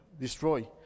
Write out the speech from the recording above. destroy